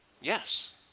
Yes